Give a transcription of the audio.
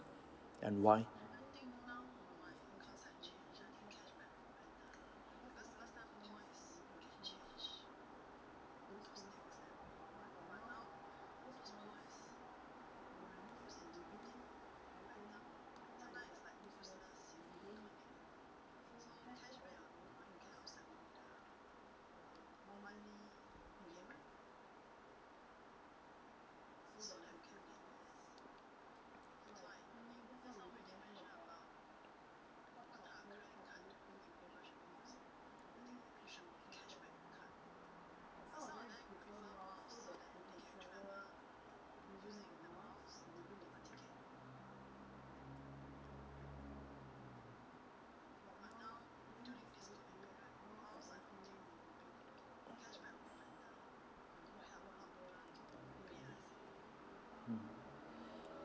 and why